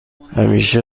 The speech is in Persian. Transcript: همیشه